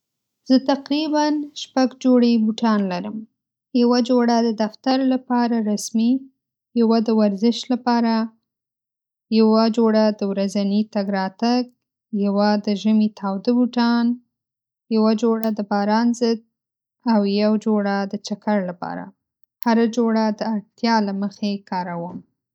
زه تقریباً شپږ جوړې بوټان لرم. یوه جوړه د دفتر لپاره رسمي، یوه د ورزش لپاره، یوه د ورځني تګ راتګ، یوه جوړه د ژمي تاوده بوټان، یوه جوړه د باران ضد، او یو جوړه د چکر لپاره. هره جوړه د اړتیا له مخې کاروم.